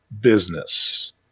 business